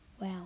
Wow